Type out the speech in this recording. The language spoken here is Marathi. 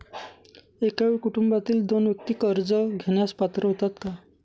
एका वेळी कुटुंबातील दोन व्यक्ती कर्ज घेण्यास पात्र होतात का?